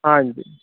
ਹਾਂਜੀ